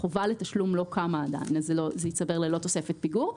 חובה לתשלום לא קמה עדיין כך שזה ייצבר ללא תוספת פיגור.